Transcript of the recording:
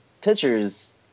pitchers